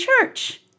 church